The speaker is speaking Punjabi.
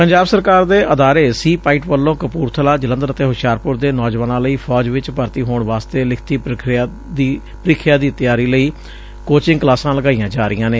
ਪੰਜਾਬ ਸਰਕਾਰ ਦੇ ਅਦਾਰੇ ਸੀ ਪਾਈਟ ਵੱਲੋਂ ਕਪੂਰਥਲਾ ਜਲੰਧਰ ਅਤੇ ਹੁਸ਼ਿਆਰਪੁਰ ਦੇ ਨੌਜਵਾਨਾਂ ਲਈ ਫੌਜ ਚ ਭਰਤੀ ਹੋਣ ਵਾਸਤੇ ਲਿਖਤੀ ਪ੍ਰੀਖਿਆ ਦੀ ਤਿਆਰੀ ਲਈ ਕੋਚਿੰਗ ਕਲਾਸਾਂ ਲਗਾਈਆਂ ਜਾ ਰਹੀਆਂ ਨੇ